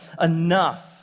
enough